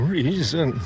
reason